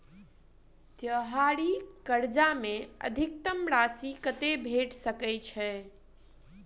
त्योहारी कर्जा मे अधिकतम राशि कत्ते भेट सकय छई?